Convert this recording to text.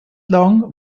lang